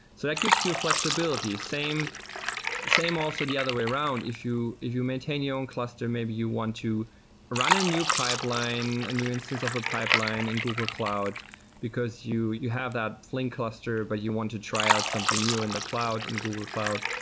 that gives you flexibility. same same also the other way around, if you you maintain your own cluster, maybe you want to run a new pipeline, a new instance of a pipeline in google cloud because you you have that flink cluster, but you want to try out something new in the cloud, in google cloud.